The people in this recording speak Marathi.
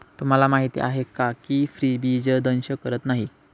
तुम्हाला माहीत आहे का की फ्रीबीज दंश करत नाही